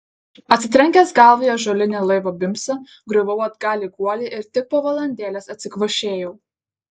atsitrenkęs galva į ąžuolinį laivo bimsą griuvau atgal į guolį ir tik po valandėlės atsikvošėjau